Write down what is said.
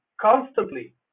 constantly